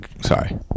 Sorry